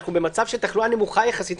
אנחנו במצב תחלואה נמוכה יחסית,